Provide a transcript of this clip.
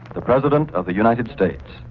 the president of the united states.